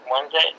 Wednesday